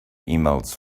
emails